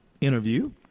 interview